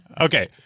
Okay